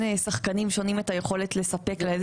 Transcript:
שחקנים שונים את היכולת לספק להם איזשהו מוצר.